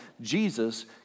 Jesus